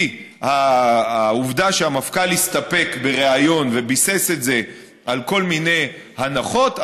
כי העובדה שהמפכ"ל הסתפק בריאיון וביסס את זה על כל מיני הנחות,